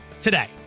today